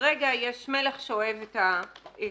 שכרגע יש מלך שאוהב את הנתינים,